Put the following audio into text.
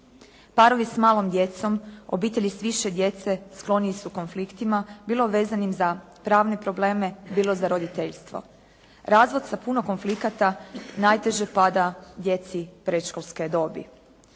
Parovi s malom djecom, obitelji s više djece skloniji su konfliktima bilo vezanim za pravne probleme, bilo za roditeljstvo. Razvod sa puno konflikata najteže pada djeci predškolske dobi.